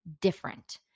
different